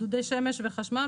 דודי שמש וחשמל,